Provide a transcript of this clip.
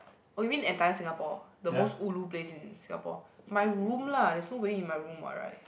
oh you mean the entire Singapore the most ulu place in Singapore my room lah there's nobody in my room what right